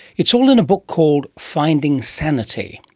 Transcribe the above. it's all in a book called finding sanity,